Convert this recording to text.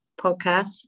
podcast